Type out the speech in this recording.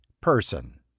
person